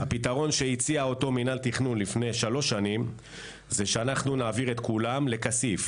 הפתרון שהציע מנהל תכנון לפני 3 שנים זה שנעביר את כולם לכסיף,